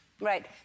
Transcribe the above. Right